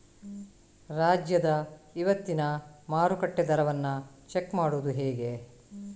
ರಾಜ್ಯದ ಇವತ್ತಿನ ಮಾರುಕಟ್ಟೆ ದರವನ್ನ ಚೆಕ್ ಮಾಡುವುದು ಹೇಗೆ?